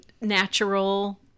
natural